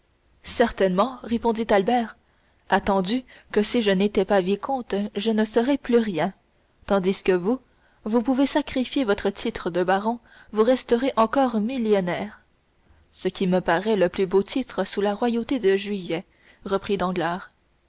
certainement répondit albert attendu que si je n'étais pas vicomte je ne serais plus rien tandis que vous vous pouvez sacrifier votre titre de baron vous resterez encore millionnaire ce qui me paraît le plus beau titre sous la royauté de juillet reprit